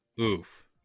Oof